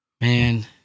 man